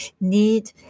need